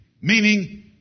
meaning